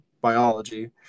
biology